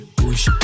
push